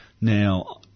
Now